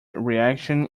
reaction